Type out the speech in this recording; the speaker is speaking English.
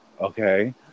Okay